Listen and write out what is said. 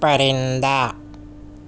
پرندہ